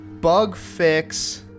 Bugfix